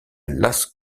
las